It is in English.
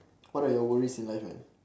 what are your worries in life man